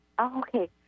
okay